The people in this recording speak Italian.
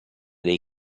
dei